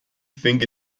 think